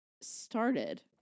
started